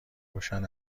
روشن